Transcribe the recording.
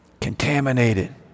contaminated